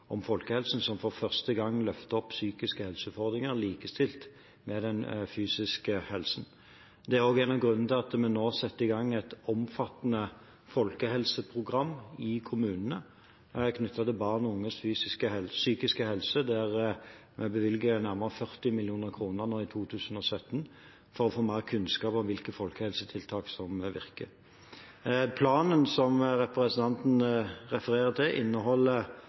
om folkehelsen som for første gang løfter opp psykiske helseutfordringer likestilt med den fysiske helsen. Det er også en av grunnene til at vi nå setter i gang et omfattende folkehelseprogram i kommunene knyttet til barn og unges psykiske helse, der det bevilges nærmere 40 mill. kr i 2017 for å få mer kunnskap om hvilke folkehelsetiltak som virker. Planen som representanten refererer til, inneholder